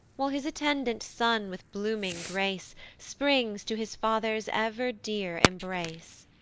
while his attendant son with blooming grace springs to his father's ever dear embrace.